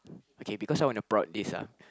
okay because I want to prod this ah